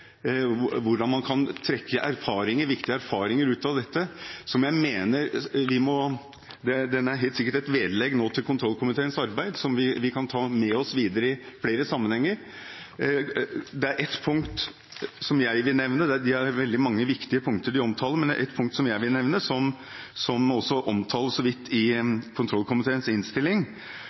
om hvordan man kan trekke viktige erfaringer ut av dette, noe jeg mener vi må gjøre. Det er helt sikkert et vedlegg til kontroll- og konstitusjonskomiteens arbeid som vi kan ta med oss videre i flere sammenhenger. Veldig mange viktige punkter er omtalt, men det er ett punkt jeg vil nevne som også omtales så vidt i kontroll- og konstitusjonskomiteens innstilling.